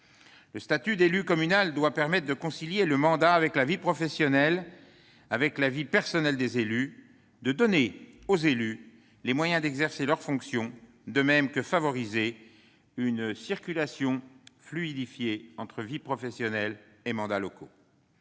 Le statut d'élu communal doit permettre de concilier le mandat avec la vie professionnelle et personnelle des élus, de donner à ces derniers les moyens d'exercer leurs fonctions et de fluidifier la circulation entre vie professionnelle et mandat local.